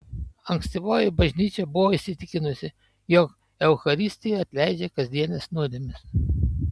ankstyvoji bažnyčia buvo įsitikinusi jog eucharistija atleidžia kasdienes nuodėmes